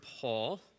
Paul